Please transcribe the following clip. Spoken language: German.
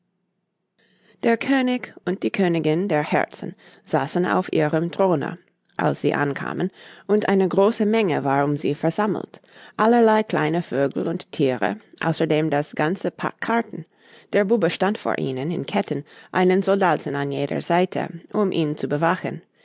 der könig und die königin der herzen saßen auf ihrem throne als sie ankamen und eine große menge war um sie versammelt allerlei kleine vögel und thiere außerdem das ganze pack karten der bube stand vor ihnen in ketten einen soldaten an jeder seite um ihn zu bewachen